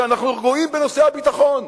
שאנחנו רגועים בנושא הביטחון,